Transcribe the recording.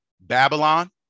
Babylon